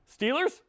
Steelers